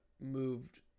moved